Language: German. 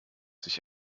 sich